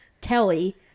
Telly